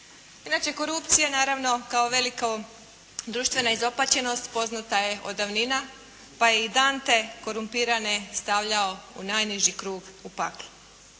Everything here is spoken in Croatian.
Inače, korupcija naravno kao velika društvena izopačenost poznata je od davnina, pa je i Dante korumpirane stavljao u najniži krug u paklu.